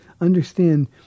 understand